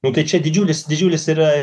nu tai čia didžiulis didžiulis yra